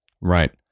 Right